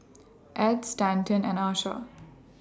Edd Stanton and Asha